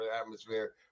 atmosphere